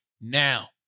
now